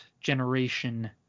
generation